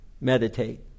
meditate